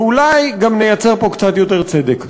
ואולי גם נייצר פה קצת יותר צדק.